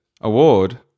Award